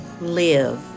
Live